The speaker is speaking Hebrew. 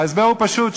ההסבר הוא פשוט,